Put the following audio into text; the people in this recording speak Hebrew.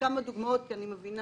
למשל